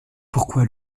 pourquoi